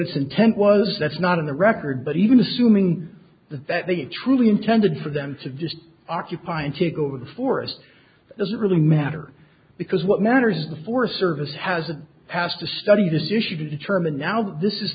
its intent was that's not in the record but even assuming that they truly intended for them to just occupy and to go to the forest doesn't really matter because what matters is the forest service has a past to study this issue to determine now this is